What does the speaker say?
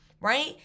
right